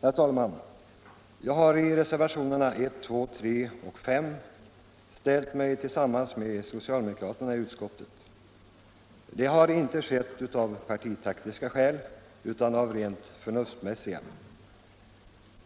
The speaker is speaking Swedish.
Herr talman! Jag har deltagit i reservationerna 1, 2, 3 och 5 tillsammans med socialdemokraterna i utskottet. Det har inte skett av partitaktiska skäl utan av rent förnuftsmässiga.